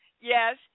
yes